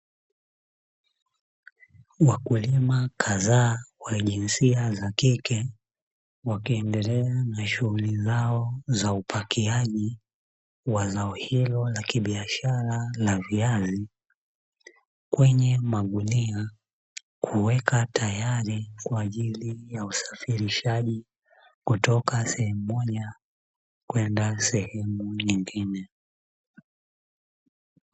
Wakulima kadhaa wa jinsia za kike wakiendelea na shughuli zao za upakiaji wa zao hilo la kibiashara la viazi kwenye magunia, kuweka tayari kwa ajili ya usafirishaji kutoka sehemu moja kwenda sehemu nyingine.